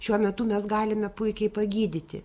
šiuo metu mes galime puikiai pagydyti